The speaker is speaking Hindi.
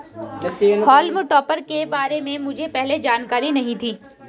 हॉल्म टॉपर के बारे में मुझे पहले जानकारी नहीं थी